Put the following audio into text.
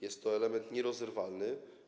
Jest to element nierozerwalny.